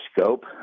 scope